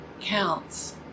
counts